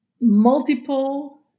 multiple